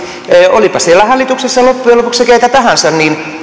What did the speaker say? olipa siellä hallituksessa loppujen lopuksi keitä tahansa